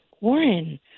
Warren